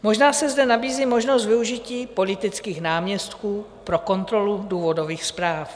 Možná se zde nabízí možnost využití politických náměstků pro kontrolu důvodových zpráv.